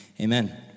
Amen